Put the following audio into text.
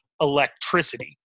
Electricity